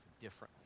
differently